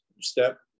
step